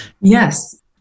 Yes